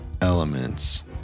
Elements